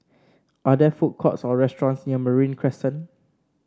are there food courts or restaurants near Marine Crescent